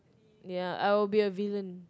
ya I will be a villain